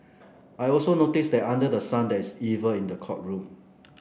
I also noticed that under the sun there is evil in the courtroom